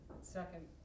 second